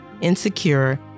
insecure